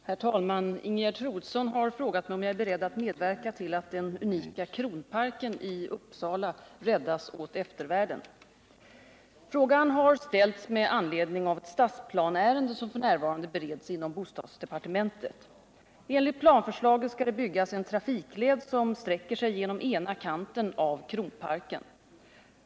Herr talman! Ingegerd Troedsson har frågat mig om jag är beredd att medverka till att den unika Kronparken i Uppsala räddas åt eftervärlden. Frågan har ställts med anledning av ett stadsplaneärende som f. n. bereds inom bostadsdepartementet. Enligt planförslaget skall det byggas en trafikled som sträcker sig genom ena kanten av Kronparken.